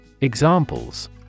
Examples